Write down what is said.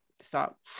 Stop